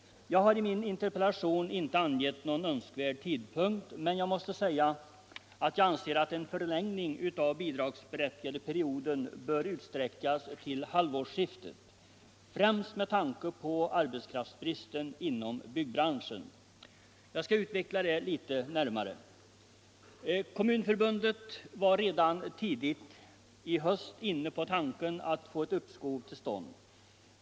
Jag har i min interpellation inte angett någon önskvärd tidpunkt, men jag måste säga att jag anser att en förlängning av den bidragsberättigade perioden bör utsträckas till halvårsskiftet. främst med tanke på arbetskraftsbristen inom byggbranschen. Jag skall utveckla det litet närmare. Kommunförbundet var redan tidigt i höst inne på tanken att få ett uppskov till stånd.